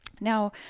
Now